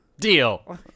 Deal